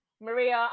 maria